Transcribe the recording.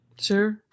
Sure